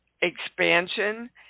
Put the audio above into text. expansion